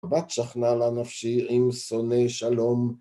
רבת שכנה לה נפשי עם שונא שלום.